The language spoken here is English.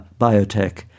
biotech